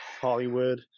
hollywood